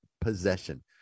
possession